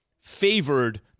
favored